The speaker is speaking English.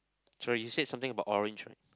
sorry you said something about orange right